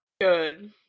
Good